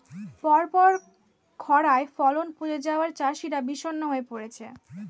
পরপর খড়ায় ফলন পচে যাওয়ায় চাষিরা বিষণ্ণ হয়ে পরেছে